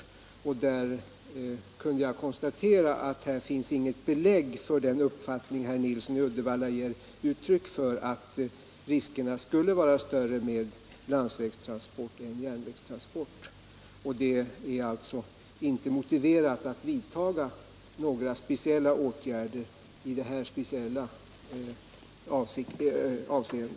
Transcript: På den punkten kunde jag konstatera att det inte finns något belägg för den uppfattning som herr Nilsson i Uddevalla ger uttryck för, nämligen att riskerna med landsvägstransport skulle vara större än 4 med järnvägstransport. Det är alltså inte motiverat att vidta några speciella åtgärder i detta avseende.